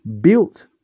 built